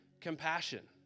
compassion